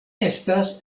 estas